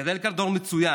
גדל כאן דור מצוין,